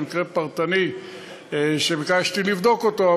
זה מקרה פרטי שביקשתי לבדוק אותו,